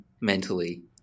mentally